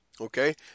Okay